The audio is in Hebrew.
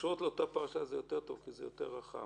"הקשורות לאותה פרשה" זה יותר טוב כי זה יותר רחב.